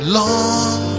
long